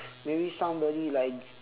maybe somebody like